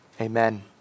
amen